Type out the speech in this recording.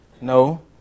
No